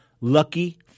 Lucky